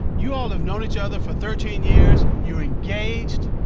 you all have known each other for thirteen years. you're engaged.